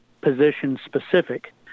position-specific